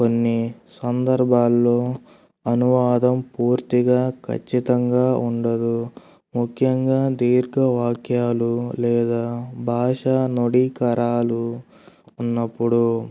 కొన్ని సందర్భాల్లో అనువాదం పూర్తిగా ఖచ్చితంగా ఉండదు ముఖ్యంగా దీర్ఘ వాక్యాలు లేదా భాష నుడీకరాలు ఉన్నప్పుడు